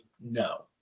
no